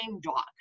Dog